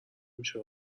میشه